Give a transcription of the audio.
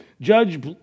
judge